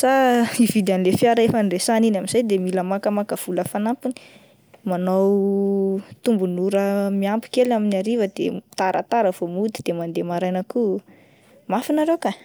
sa ividy an'le fiara efa noresahana iny amin'izay de mila makamaka vola fanampiny, manao tombon'ora miampy kely amin'ny hariva de taratara vo mody de mandeha maraina ko oh, mafy nareo kah!